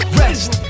rest